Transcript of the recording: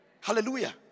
Hallelujah